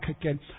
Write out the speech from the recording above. again